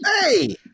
Hey